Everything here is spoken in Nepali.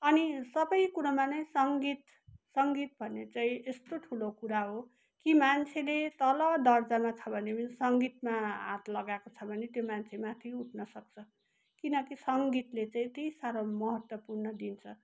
अनि सबै कुरोमा नै सङ्गीत सङ्गीत भन्ने चाहिँ यस्तो ठुलो कुरा हो कि मान्छेले तल दर्जामा छ भने पनि सङ्गीतमा हात लगाएको छ भने त्यो मान्छे माथि उठ्न सक्छ किनकि सङ्गीतले चाहिँ यति साह्रो महत्वपूर्ण दिन्छ